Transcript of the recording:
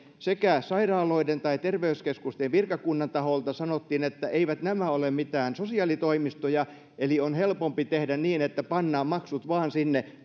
sekä sairaaloiden että terveyskeskusten virkakunnan taholta sanottiin että eivät nämä ole mitään sosiaalitoimistoja eli on helpompi tehdä niin että pannaan maksut vain sinne